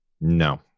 No